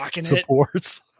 supports